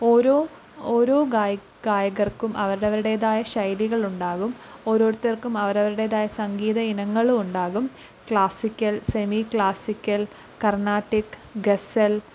ഓരോ ഓരോ ഗായി ഗായകർക്കും അവരവരുടേതായ ശൈലികളുണ്ടാകും ഓരോരുത്തർക്കും അവരവരുടേതായ സംഗീത ഇനങ്ങളുമുണ്ടാകും ക്ലാസിക്കൽ സെമി ക്ലാസിക്കൽ കർണ്ണാടിക് ഗസൽ